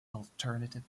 alternative